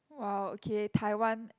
wow okay Taiwan